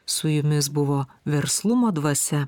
su jumis buvo verslumo dvasia